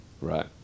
right